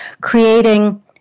creating